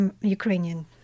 ukrainian